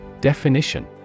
Definition